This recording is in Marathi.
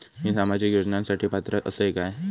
मी सामाजिक योजनांसाठी पात्र असय काय?